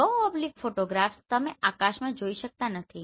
લો oblique ફોટોગ્રાફ્સમાં તમે આકાશ જોઈ શકતા નથી